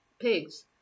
pigs